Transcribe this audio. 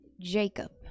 Jacob